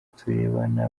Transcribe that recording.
turebana